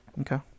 Okay